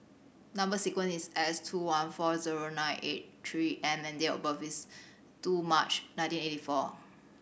number sequence is S two one four zero nine eight Three M and date of birth is two March nineteen eighty four